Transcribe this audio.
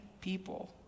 people